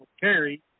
carry